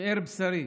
שאר בשרי,